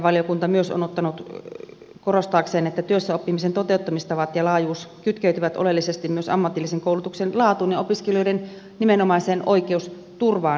valiokunta myös on ottanut korostaakseen että työssäoppimisen toteuttamistavat ja laajuus kytkeytyvät oleellisesti myös ammatillisen koulutuksen laatuun ja opiskelijoiden nimenomaiseen oikeusturvaan